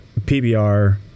PBR